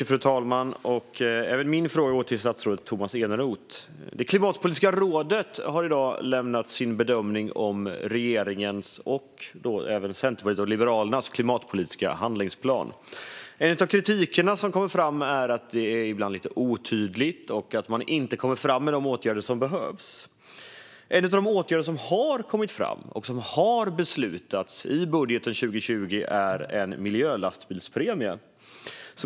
Fru talman! Även min fråga går till statsrådet Tomas Eneroth. Klimatpolitiska rådet har i dag lämnat sin bedömning av regeringens och även Centerpartiets och Liberalernas klimatpolitiska handlingsplan. En kritik som kommer fram är att det ibland är lite otydligt och att man inte kommer fram med de åtgärder som behövs. En av de åtgärder som har kommit fram, och som har beslutats i budgeten 2020, är en miljölastbilspremie.